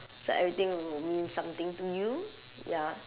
so everything will mean something to you ya